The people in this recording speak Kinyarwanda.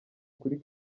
kuri